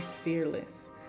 Fearless